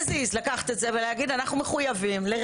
as is לקחת את זה ולהגיד: אנחנו מחויבים לרצף